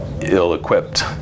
ill-equipped